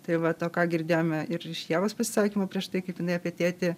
tai vat o ką girdėjome ir iš ievos pasisakymo prieš tai kaip jinai apie tėtį